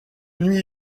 nuit